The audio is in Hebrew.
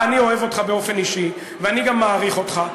אני אוהב אותך באופן אישי ומעריך אותך,